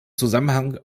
zusammenhang